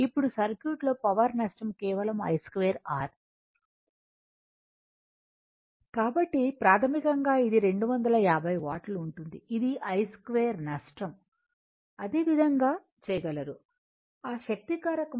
ఇప్పుడు సర్క్యూట్లో పవర్ నష్టం కేవలం I2R కాబట్టి ప్రాథమికంగా ఇది 250 వాట్లు ఉంటుంది అది I2 నష్టం అదే విధంగా చేయగలరు ఆ శక్తి కారకం